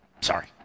sorry